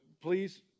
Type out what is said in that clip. please